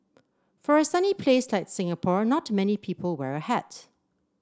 for a sunny place like Singapore not many people wear a hat